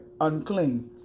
unclean